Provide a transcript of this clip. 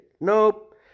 Nope